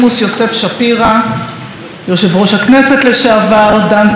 יושב-ראש הכנסת לשעבר דן תיכון ורעייתו לודמילה,